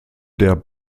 der